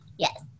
Yes